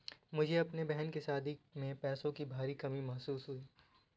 मुझे अपने बहन की शादी में पैसों की भारी कमी महसूस हुई